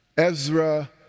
Ezra